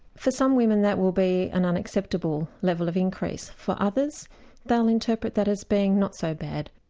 for some women that will be an unacceptable level of increase, for others they'll interpret that as being not so bad.